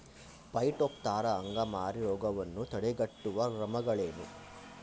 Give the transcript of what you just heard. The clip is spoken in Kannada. ಪೈಟೋಪ್ತರಾ ಅಂಗಮಾರಿ ರೋಗವನ್ನು ತಡೆಗಟ್ಟುವ ಕ್ರಮಗಳೇನು?